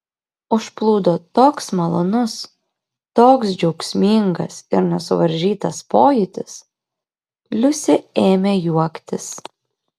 užplūdo toks malonus toks džiaugsmingas ir nesuvaržytas pojūtis liusė ėmė juoktis